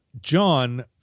John